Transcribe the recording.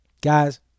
Guys